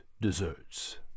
desserts